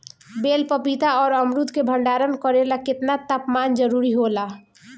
बेल पपीता और अमरुद के भंडारण करेला केतना तापमान जरुरी होला?